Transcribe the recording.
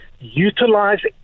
utilize